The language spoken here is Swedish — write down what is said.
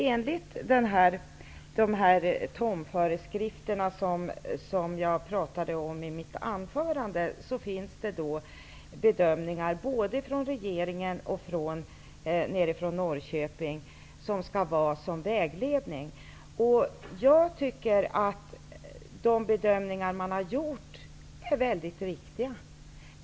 Enligt de föreskrifter som jag pratade om i mitt anförande finns det bedömningar både från regeringen och från Norrköping som skall gälla som vägledning. Jag tycker att de bedömningar man har gjort är riktiga.